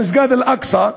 במסגד אל-אקצא.